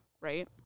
right